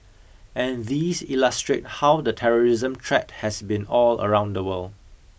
and these illustrate how the terrorism threat has been all around the world